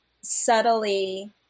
subtly